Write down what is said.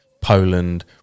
Poland